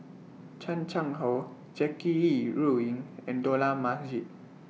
Chan Chang How Jackie Yi Ru Ying and Dollah Majid